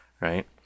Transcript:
right